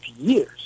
years